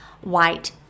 white